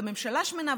וממשלה שמנה,